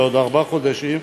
בעוד ארבעה חודשים,